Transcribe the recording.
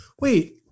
Wait